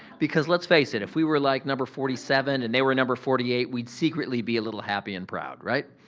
because let's face it. if we were like number forty seven and they were number forty eight, we'd secretly be a little happy and proud, right?